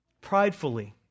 pridefully